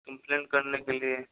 complaint करने के लिए